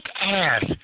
ass